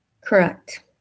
Correct